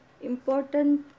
important